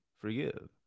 forgive